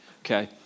Okay